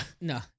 No